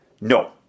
No